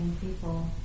people